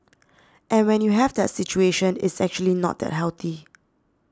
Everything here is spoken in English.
and when you have that situation it's actually not that healthy